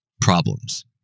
problems